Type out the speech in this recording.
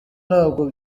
ntabwo